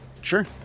Sure